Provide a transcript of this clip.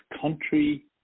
country